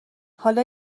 حالا